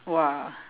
!wah!